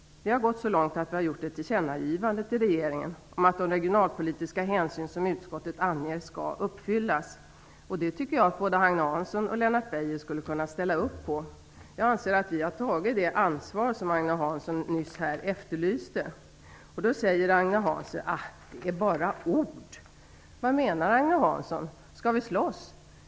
Vi har gått så långt att vi har gjort ett tillkännagivande till regeringen om att de regionalpolitiska hänsyn som utskottet anger skall uppfyllas. Det tycker jag att både Agne Hansson och Lennart Beijer skulle kunna ställa upp på. Jag anser att vi har tagit det ansvar som Agne Hansson här nyss efterlyste. Då säger Agne Hansson: Det är bara ord! Vad menar Agne Hansson? Skall vi slåss?